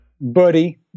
buddy